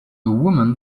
woman